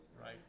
Right